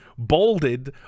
bolded